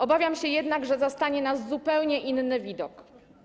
Obawiam się jednak, że zastanie nas zupełnie inny widok.